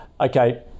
Okay